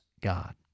God